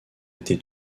été